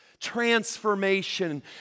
transformation